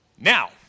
Now